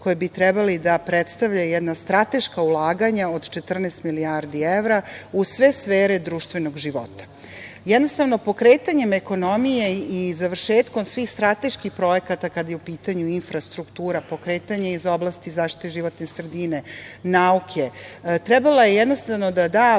koji bi trebali da predstave strateška ulaganja od 14 milijardi evra u sve sfere društvenog života. Jednostavno, pokretanjem ekonomije i završetkom svih strateških projekata, kada je u pitanju infrastruktura, pokretanje iz oblasti zaštite životne sredine, nauke, trebala je, jednostavno, da da